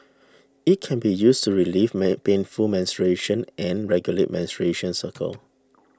it can be used to relieve main painful menstruation and regulate menstruation cycle